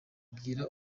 bwira